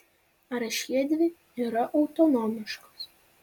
ar šiedvi yra autonomiškos